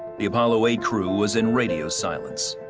the apollo eight crew was in radio silence.